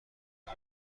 نفر